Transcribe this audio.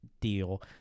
deal